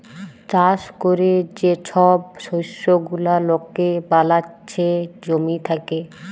চাষ ক্যরে যে ছব শস্য গুলা লকে বালাচ্ছে জমি থ্যাকে